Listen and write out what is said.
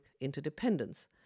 interdependence